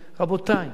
רבותי,